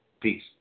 Peace